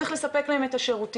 צריך לספק להם את השירותים.